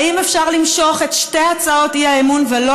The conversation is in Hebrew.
האם אפשר למשוך את שתי הצעות האי-אמון ולא